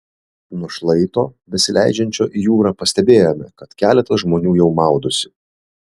nuo šlaito besileidžiančio į jūrą pastebėjome kad keletas žmonių jau maudosi